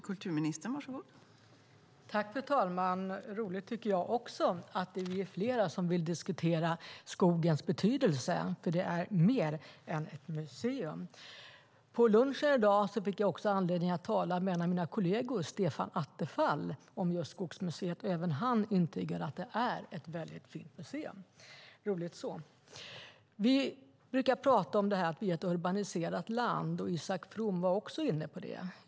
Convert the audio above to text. Fru talman! Jag tycker också att det är roligt att vi är flera som vill diskutera skogens betydelse, för detta är mer än ett museum. På lunchen i dag fick jag anledning att tala med en av mina kolleger, Stefan Attefall, om just Skogsmuseet. Även han intygar att det är ett fint museum - roligt så. Vi brukar tala om att Sverige är ett urbaniserat land. Isak From var också inne på det.